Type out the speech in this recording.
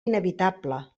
inevitable